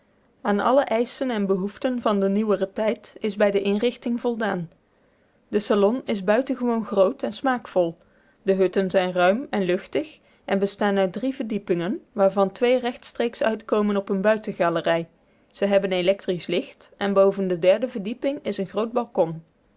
aan alle eischen en behoeften van den nieuweren tijd is bij de inrichting voldaan de salon is buitengewoon groot en smaakvol de hutten zijn ruim en luchtig en bestaan uit drie verdiepingen waarvan twee rechtstreeks uitkomen op eene buitengalerij ze hebben electrisch licht en boven de derde verdieping is een groot balkon